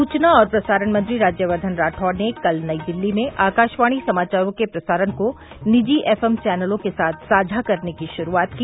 सूचना और प्रसारण मंत्री राज्यवर्धन राठौड़ ने कल नई दिल्ली में आकाशवाणी समाचारों के प्रसारण को निजी एफ एम चैनलों के साथ साझा करने की शुरूआत की